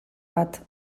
bat